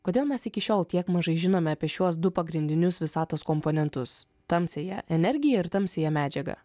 kodėl mes iki šiol tiek mažai žinome apie šiuos du pagrindinius visatos komponentus tamsiąją energiją ir tamsiąją medžiagą